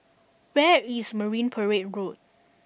where is Marine Parade Road